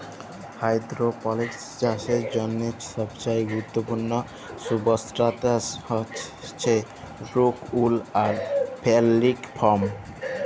hydroponics চাষের জ্যনহে সবচাঁয়ে গুরুত্তপুর্ল সুবস্ট্রাটাস হছে রোক উল আর ফেললিক ফম